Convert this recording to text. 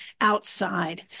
outside